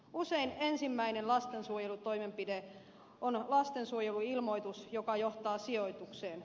usein ensimmäinen lastensuojelutoimenpide on lastensuojeluilmoitus joka johtaa sijoitukseen